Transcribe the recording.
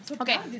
Okay